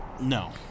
No